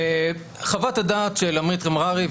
חוות-הדעת של עמית מררי,